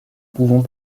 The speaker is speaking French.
pouvons